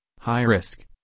high-risk